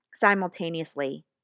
simultaneously